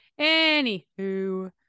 Anywho